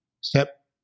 Step